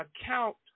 account